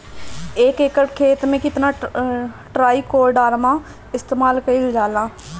एक एकड़ खेत में कितना ट्राइकोडर्मा इस्तेमाल कईल जाला?